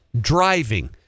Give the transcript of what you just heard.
driving